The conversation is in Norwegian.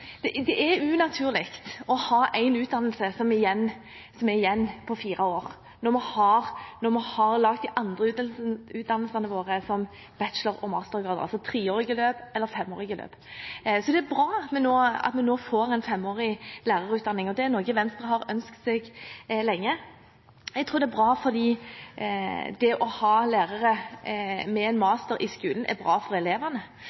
de andre utdanningene våre som bachelor- og mastergrader som treårige eller femårige løp. Det er bra at vi nå får en femårig lærerutdanning. Det er noe Venstre har ønsket seg lenge. Jeg tror det er bra fordi det å ha lærere med en master i skolen er bra for elevene.